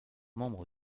membres